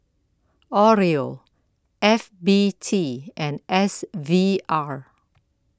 Oreo F B T and S V R